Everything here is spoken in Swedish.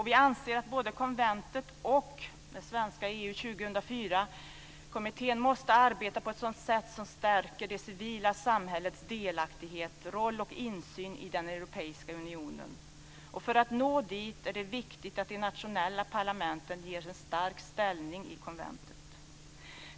Vi anser att både konventet och den svenska EU 2004-kommittén måste arbeta på ett sådant sätt som stärker det civila samhällets delaktighet, roll och insyn i den europeiska unionen. För att man ska nå dit är det viktigt att de nationella parlamenten ges en stark ställning i konventet.